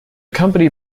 company